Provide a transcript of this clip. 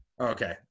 okay